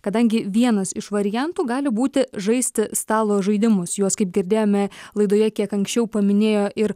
kadangi vienas iš variantų gali būti žaisti stalo žaidimus juos kaip girdėjome laidoje kiek anksčiau paminėjo ir